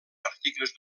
articles